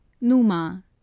Numa